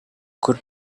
could